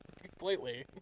completely